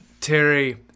Terry